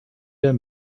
der